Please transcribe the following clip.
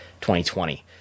2020